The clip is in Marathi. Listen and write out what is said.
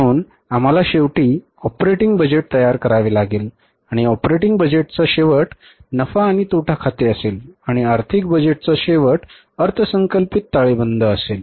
म्हणून आम्हाला शेवटी ऑपरेटिंग बजेट तयार करावे लागेल आणि ऑपरेटिंग बजेटचा शेवट नफा आणि तोटा खाते असेल आणि आर्थिक बजेटचा शेवट अर्थसंकल्पित ताळेबंद असेल